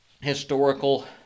historical